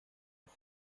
des